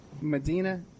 Medina